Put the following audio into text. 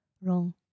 Wrong